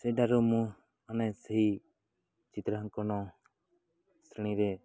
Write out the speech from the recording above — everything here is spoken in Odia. ସେଠାରୁ ମୁଁ ମାନେ ସେହି ଚିତ୍ରାଙ୍କନ ଶ୍ରେଣୀରେ